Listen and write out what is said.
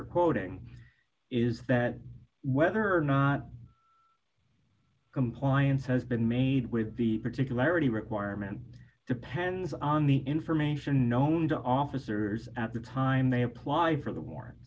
you're quoting is that whether or not compliance has been made with the particularity requirement depends on the information known to officers at the time they apply for the warran